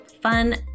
fun